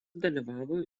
dalyvavo